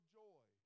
joy